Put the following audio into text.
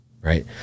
right